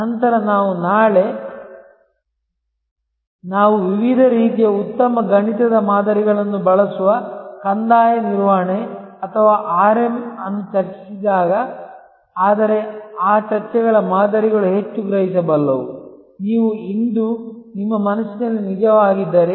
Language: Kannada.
ನಂತರ ನಾವು ನಾಳೆ ನಾವು ವಿವಿಧ ರೀತಿಯ ಉತ್ತಮ ಗಣಿತದ ಮಾದರಿಗಳನ್ನು ಬಳಸುವ ಕಂದಾಯ ನಿರ್ವಹಣೆ ಅಥವಾ ಆರ್ಎಂ ಅನ್ನು ಚರ್ಚಿಸಿದಾಗ ಆದರೆ ಆ ಚರ್ಚೆಗಳ ಮಾದರಿಗಳು ಹೆಚ್ಚು ಗ್ರಹಿಸಬಲ್ಲವು ನೀವು ಇಂದು ನಿಮ್ಮ ಮನಸ್ಸಿನಲ್ಲಿ ನಿಜವಾಗಿದ್ದರೆ